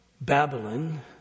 Babylon